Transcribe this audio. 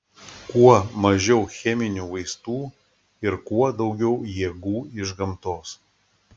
kuo mažiau cheminių vaistų ir kuo daugiau jėgų iš gamtos